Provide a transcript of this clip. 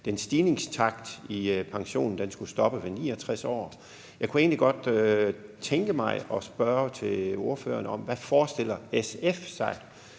at stigningstakten i pensionsalderen skulle stoppe ved 69 år. Jeg kunne egentlig godt tænke mig at spørge ordføreren om, hvad SF forestiller sig